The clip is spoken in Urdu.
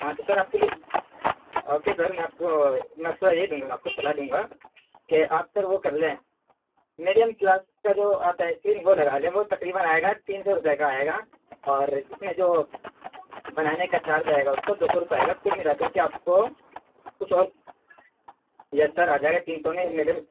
ہاں تو سر آپ کے لیے اوکے سر میں آپ کو مشورہ یہی دوں گا آپ کو صلاح دوں گا کہ آپ سر وہ کر لیں میڈیم کلاس کا جو آتا ہے اسکرین وہ لگا لیں وہ تقریباً آئے گا تین سو روپئے کا آئے گا اور اس میں جو بنانے کا چارج آئے گا اس کا دو سو روپیہ آئے گا کل ملا کر آپ کو کچھ اور یس سر آ جائے گا تین سو میں